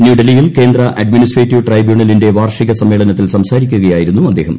ന്യൂഡൽഹിയിൽ കേന്ദ്ര അഡ്മിനിസ്ട്രേറ്റീവ് ട്രൈബ്യൂണലിന്റെ വാർഷിക സമ്മേളനത്തിൽ സംസാരിക്കുകയായിരുന്നു അദ്ദേഹം